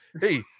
hey